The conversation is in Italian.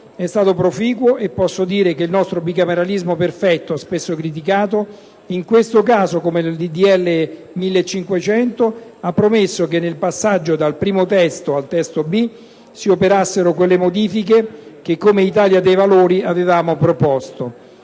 è stato proficuo, e posso dire che il nostro bicameralismo perfetto, spesso criticato, in questo caso, come in quello del disegno di legge n. 1500, ha permesso che nel passaggio dal primo testo al testo B si operassero quelle modifiche che l'Italia dei Valori aveva proposto.